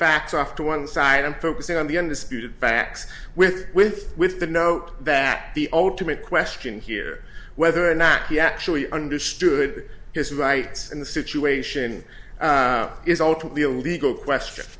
facts off to one side and focusing on the undisputed facts with with with the note that the ultimate question here whether or not he actually understood his rights in the situation is ultimately a legal question